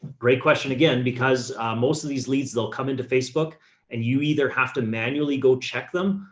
great question again, because most of these leads they'll come into facebook and you either have to manually go check them.